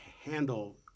handle